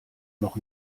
noch